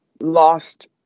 lost